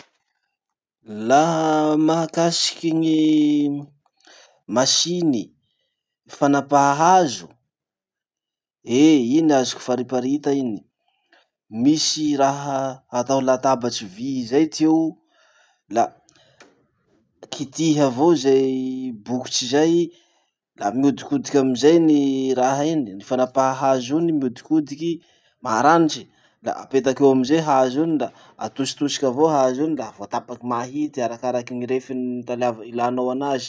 Laha mahakasiky gny masiny fanapaha hazo, eh ino azoko fariparita iny. Misy raha atao latabatsy vy zay ty eo, la kitihy avao zay bokitry zay, la mihodikodiky amizay ny raha iny, ny fanapaha hazo iny mihodikodiky, maranitry. La apetaky eo amizay hazo iny la atositosiky avao hazo iny la voatapaky mahity arakaraky ny refiny taliav- ilanao anazy.